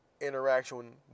interaction